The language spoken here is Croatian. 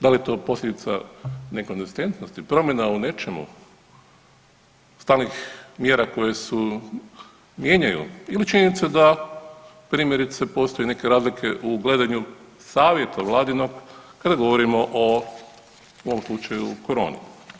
Da li je to posljedice neke nekonzistentnosti, promjena u nečemu, stalnih mjera koje se mijenjaju ili činjenica da primjerice postoje neke razlike u gledanju savjeta vladinog kada govorimo o ovom slučaju, koroni.